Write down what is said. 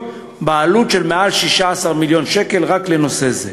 בעלות של מעל 16 מיליון שקל רק לנושא זה.